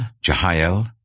Jehiel